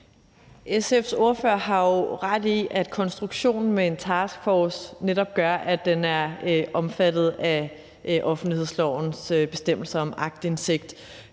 SF's ordfører har jo ret i, at konstruktionen med en taskforce netop gør, at den er omfattet af offentlighedslovens bestemmelser om aktindsigt.